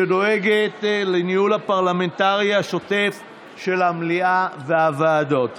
שדואגת לניהול הפרלמנטרי השוטף של המליאה והוועדות.